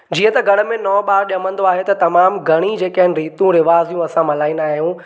जीअं त घर में नओं ॿारु ॼमंदो आहे त तमामु घणी जेके आहिनि रीतियूं रिवाजूं असां मल्हाईंदा आहियूं